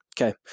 Okay